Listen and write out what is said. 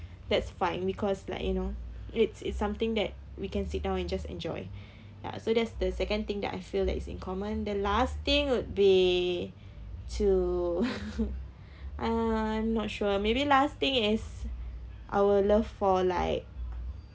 that's fine because like you know it's it's something that we can sit down and just enjoy ya so that's the second thing that I feel that it's in command the last thing would be to I'm not sure maybe last thing is our love for like